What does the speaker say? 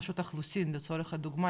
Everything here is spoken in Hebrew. רשות האוכלוסין לצורך הדוגמא,